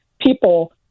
people